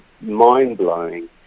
mind-blowing